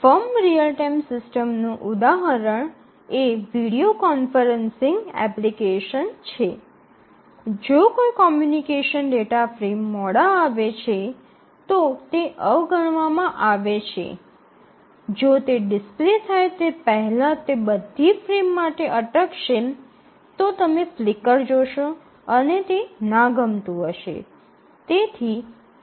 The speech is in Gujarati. ફર્મ રીઅલ ટાઇમ સિસ્ટમનું ઉદાહરણ એ વિડિઓ કોન્ફરેંસિંગ એપ્લિકેશન છે જો કોઈ કમ્યુનિકેશન ડેટા ફ્રેમ મોડા આવે છે તો તે અવગણવામાં આવે છે જો તે ડિસ્પ્લે થાય તે પહેલાં તે બધી ફ્રેમ્સ માટે અટકશે તો તમે ફ્લિકર જોશો અને તે ના ગમતું હશે